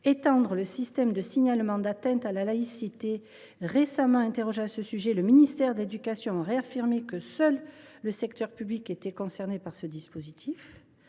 étendre le système de signalement d’atteinte à la laïcité. Récemment interrogé à ce sujet, le ministère de l’éducation nationale a réaffirmé que seul le secteur public était concerné par ce dispositif.